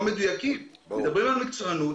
אם מדברים על מקצוענות,